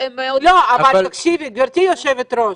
גברתי יושבת-הראש,